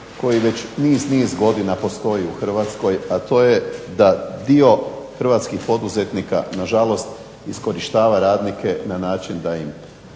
koji već niz, niz godina postoji u Hrvatskoj a to je da dio hrvatskih poduzetnika na žalost iskorištava radnike na način da im